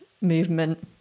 movement